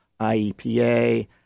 IEPA